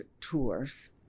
tours